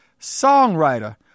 songwriter